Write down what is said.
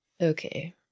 Okay